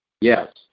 Yes